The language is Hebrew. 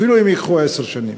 אפילו אם זה ייקח עשר שנים.